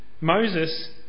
Moses